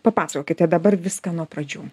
papasakokite dabar viską nuo pradžių